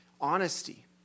Honesty